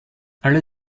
alle